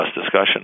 discussion